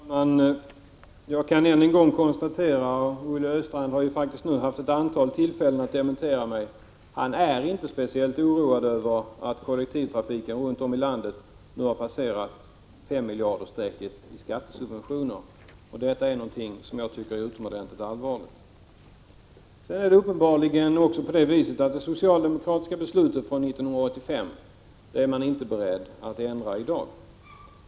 Herr talman! Jag kan än en gång konstatera att Olle Östrand — han har ju faktiskt haft ett antal tillfällen att dementera mitt påstående — inte är speciellt oroad över att kollektivtrafiken runt om i landet har passerat 5 miljardersstrecket vad gäller skattesubventioner. Det är något som jag tycker är utomordentligt allvarligt. Det är uppenbarligen på det viset att man inte är beredd att i dag ändra på det socialdemokratiska beslutet från 1985.